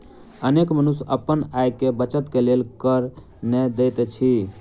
अनेक मनुष्य अपन आय के बचत के लेल कर नै दैत अछि